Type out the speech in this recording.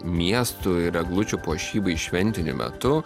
miestų ir eglučių puošybai šventiniu metu